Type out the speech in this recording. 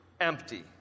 empty